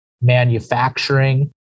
manufacturing